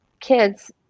Kids